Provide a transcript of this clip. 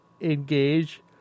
engage